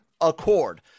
accord